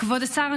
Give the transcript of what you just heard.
כבוד השר,